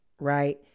right